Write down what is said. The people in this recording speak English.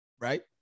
Right